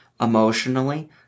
emotionally